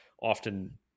often